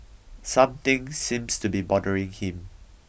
something seems to be bothering him